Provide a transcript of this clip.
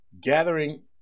gathering